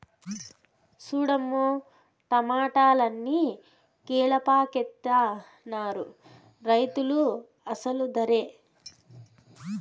సూడమ్మో టమాటాలన్ని కీలపాకెత్తనారు రైతులు అసలు దరే